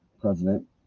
president